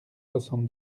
soixante